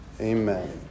Amen